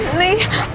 wake